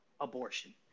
abortion